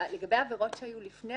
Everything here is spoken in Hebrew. לגבי עבירות שהיו לפני,